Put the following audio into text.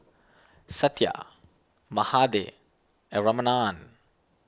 Satya Mahade and Ramanand